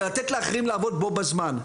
אלא לתת לאחרים לעבוד בו בזמן.